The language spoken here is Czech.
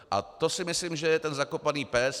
A to si myslím, že je ten zakopaný pes.